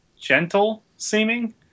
gentle-seeming